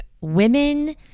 women